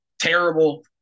terrible